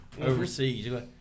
overseas